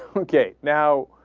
okay now